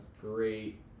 great